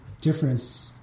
difference